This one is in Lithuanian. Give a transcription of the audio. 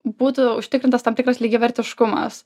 būtų užtikrintas tam tikras lygiavertiškumas